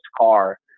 car